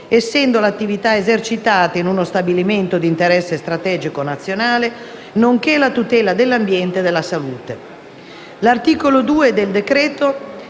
essendo l'attività esercitata in uno stabilimento di interesse strategico-nazionale, nonché la tutela dell'ambiente e della salute.